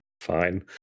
fine